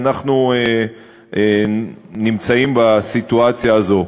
אנחנו נמצאים בסיטואציה הזו.